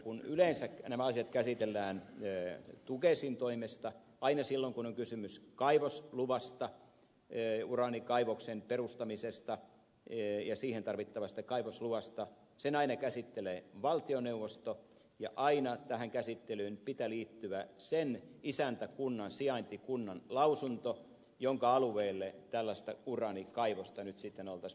kun yleensä nämä asiat käsitellään tukesin toimesta niin aina silloin kun on kysymys kaivosluvasta uraanikaivoksen perustamisesta ja siihen tarvittavasta kaivosluvasta sen aina käsittelee valtioneuvosto ja aina tähän käsittelyyn pitää liittyä sen isäntäkunnan sijaintikunnan lausunto jonka alueelle tällaista uraanikaivosta nyt sitten oltaisiin pystyyn panemassa